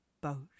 boat